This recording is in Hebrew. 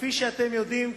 כפי שאתם יודעים,